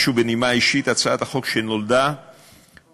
משהו בנימה אישית: הצעת החוק נולדה בסיור,